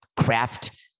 craft